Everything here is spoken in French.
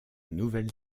nouvelle